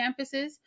campuses